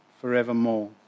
forevermore